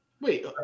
Wait